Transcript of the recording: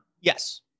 Yes